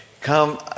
Come